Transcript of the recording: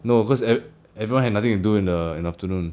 no cause every~ everyone had nothing to do in err the afternoon